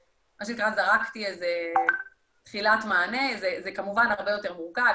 זרקתי תחילת מענה, זה כמובן הרבה יותר מורכב.